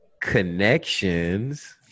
connections